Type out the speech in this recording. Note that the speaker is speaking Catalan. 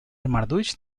marduix